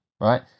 right